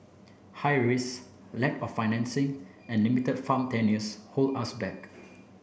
high risk lack of financing and limited farm tenures hold us back